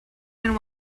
than